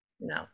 No